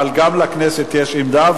אבל גם לכנסת יש עמדה,